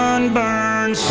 sunburn,